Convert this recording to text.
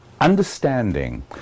understanding